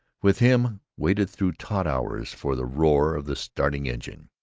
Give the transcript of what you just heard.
with him waited through taut hours for the roar of the starting engine,